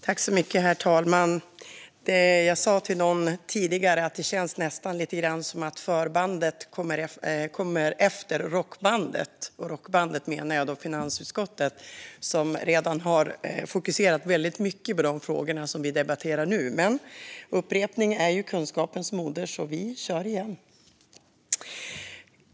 Herr talman! Jag sa till någon tidigare att det nästan känns som att förbandet kommer efter rockbandet. Med rockbandet menar jag då finansutskottet, som redan har fokuserat väldigt mycket på de frågor vi debatterar nu. Men upprepning är kunskapens moder, så vi kör igen!